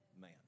man